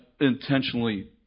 Intentionally